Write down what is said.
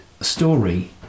story